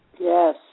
Yes